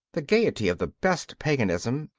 the gaiety of the best paganism,